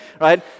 right